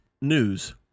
news